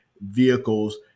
vehicles